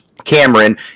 Cameron